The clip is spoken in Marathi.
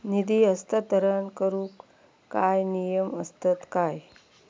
निधी हस्तांतरण करूक काय नियम असतत काय?